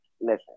Listen